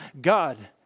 God